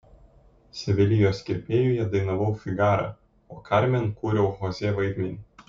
sevilijos kirpėjuje dainavau figarą o karmen kūriau chosė vaidmenį